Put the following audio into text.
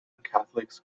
catholics